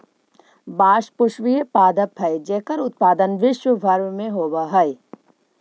बाँस पुष्पीय पादप हइ जेकर उत्पादन विश्व भर में होवऽ हइ